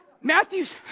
Matthew's